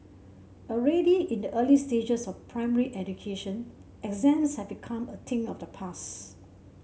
already in the early stages of primary education exams have become a thing of the past